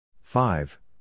five